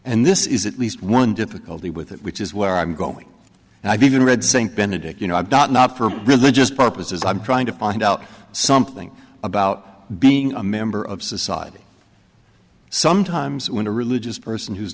and this is at least one difficulty with it which is where i'm going and i've even read st benedict you know i'm not for religious purposes i'm trying to find out something about being a member of society sometimes when a religious person who's